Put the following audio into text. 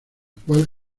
cual